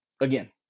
Again